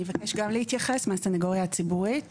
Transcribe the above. אני ראשת התחום הכלכלי בסניגוריה הציבורית